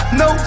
no